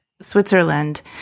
Switzerland